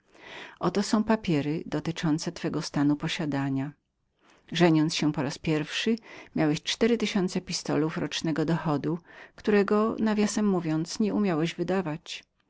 oto są papiery objaśniające stan twego mienia żeniąc się po raz pierwszy miałeś cztery tysiące pistolów rocznego dochodu którego między nami mówiąc nie umiałeś wydać